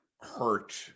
hurt